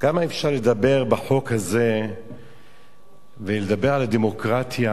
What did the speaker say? כמה אפשר לדבר בחוק הזה ולדבר על הדמוקרטיה,